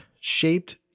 shaped